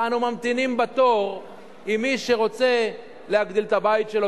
ואנו ממתינים בתור עם מי שרוצה להגדיל את הבית שלו,